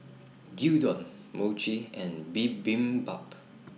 Gyudon Mochi and Bibimbap